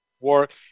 work